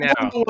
now